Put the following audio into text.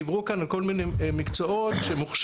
דיברו כאן על כל מיני מקצועות שמוכשרים,